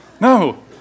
No